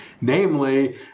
Namely